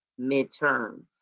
midterms